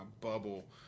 bubble